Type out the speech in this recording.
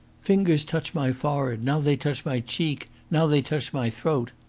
fingers touch my forehead now they touch my cheek now they touch my throat!